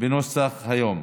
בנוסחו היום,